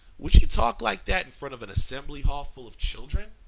would she talk like that in front of an assembly hall full of children?